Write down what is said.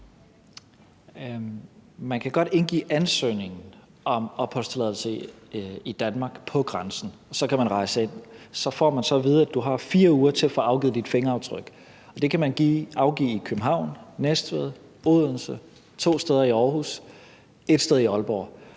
Man kan godt indgive ansøgning om opholdstilladelse i Danmark på grænsen, og så kan man rejse ind. Så får man at vide, at man har 4 uger til at få afgivet sit fingeraftryk, og det kan man afgive i København, Næstved, Odense, to steder i Aarhus, ét sted i Aalborg.